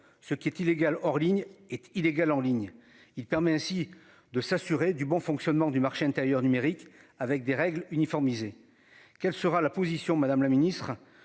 ce qui est illégal hors ligne et illégal en ligne. Il permet ainsi de s'assurer du bon fonctionnement du marché intérieur numérique avec des règles uniformiser. Quelle sera la position Madame la Ministre